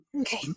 okay